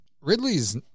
ridley's